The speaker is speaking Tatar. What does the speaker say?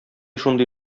шундый